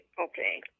Okay